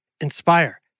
Inspire